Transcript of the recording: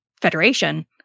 Federation